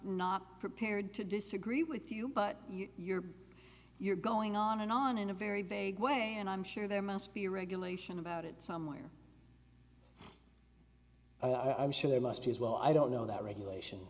not prepared to disagree with you but you're you're going on and on in a very vague way and i'm sure there must be regulation about it somewhere i'm sure there must be as well i don't know that regulation